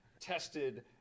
tested